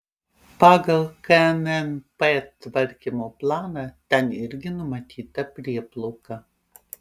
pagal knnp tvarkymo planą ten irgi numatyta prieplauka